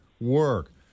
work